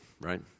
right